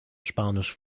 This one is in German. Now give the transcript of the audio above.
spanisch